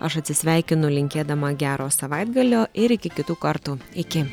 aš atsisveikinu linkėdama gero savaitgalio ir iki kitų kartų iki